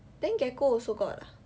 then gecko also got ah